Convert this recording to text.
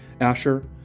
Asher